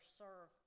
serve